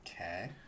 Okay